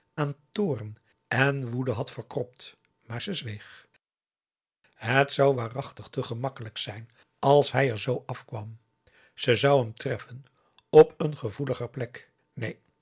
aan toorn en woede had verkropt maar ze zweeg het zou waarachtig te gemakkelijk zijn als hij er z afkwam ze zou hem treffen op een gevoeliger plek neen